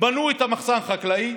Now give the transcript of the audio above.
בנו את המחסן החקלאי.